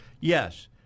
Yes